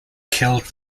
killed